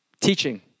Teaching